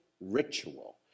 ritual